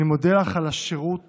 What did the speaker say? אני מודה לך על שירות